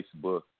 Facebook